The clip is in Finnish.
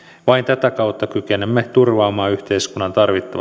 vain tätä kautta kykenemme turvaamaan tarvittavat yhteiskunnan